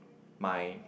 my